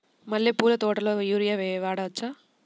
మల్లె పూల తోటలో యూరియా వాడవచ్చా?